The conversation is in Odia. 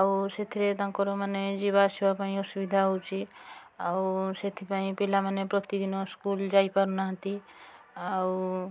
ଆଉ ସେଥିରେ ତାଙ୍କର ମାନେ ଯିବା ଆସିବା ପାଇଁ ଅସୁବିଧା ହେଉଛି ଆଉ ସେଥିପାଇଁ ପିଲାମାନେ ପ୍ରତିଦିନ ସ୍କୁଲ୍ ଯାଇ ପାରୁନାହାନ୍ତି ଆଉ